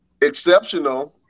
exceptional